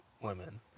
women